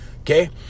okay